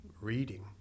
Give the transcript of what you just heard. reading